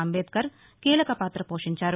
అంబేద్కర్ కీలకపాత పోషించారు